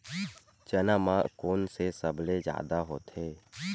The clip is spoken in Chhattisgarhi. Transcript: चना म कोन से सबले जादा होथे?